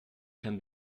can